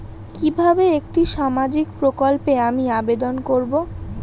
কিভাবে একটি সামাজিক প্রকল্পে আমি আবেদন করব?